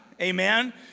Amen